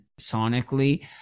sonically